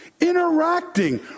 Interacting